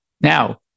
Now